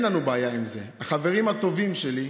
בצלאל, בצלאל,